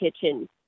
kitchen